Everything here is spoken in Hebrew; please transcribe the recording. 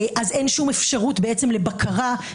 אין שום אפשרות לבקרה,